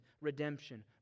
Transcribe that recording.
redemption